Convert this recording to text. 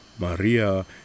Maria